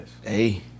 Hey